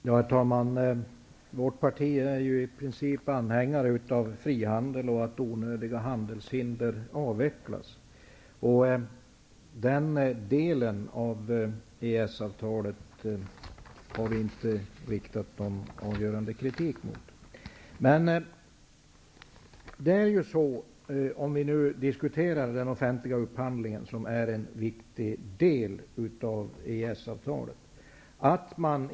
Herr talman! Vårt parti är i princip anhängare av frihandel och att onödiga handelshinder skall avvecklas. Den delen av EES-avtalet har vi inte riktat någon avgörande kritik mot. Vi diskuterar nu offentlig upphandling, och det är en viktig del av EES-avtalet.